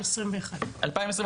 עכשיו,